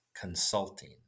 consulting